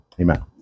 amen